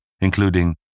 including